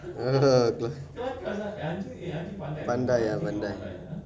pandai ah pandai